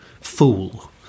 fool